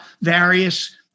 various